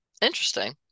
interesting